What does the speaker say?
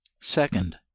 Second